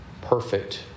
perfect